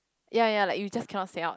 ya ya you just cannot say out